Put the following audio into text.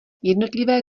jednotlivé